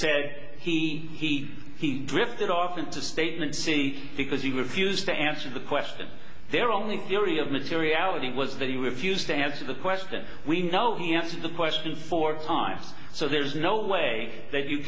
said he he drifted off into statement c because he refused to answer the question there only theory of materiality was that he refused to answer the question we know he answered the question four times so there's no way that you